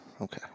Okay